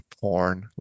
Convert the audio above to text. porn